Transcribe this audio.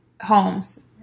homes